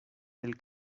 del